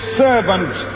servants